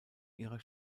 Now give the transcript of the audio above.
ihrer